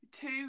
two